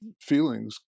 feelings